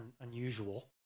unusual